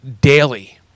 daily